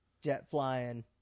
jet-flying